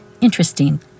interesting